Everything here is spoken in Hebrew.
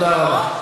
זה לא חוק?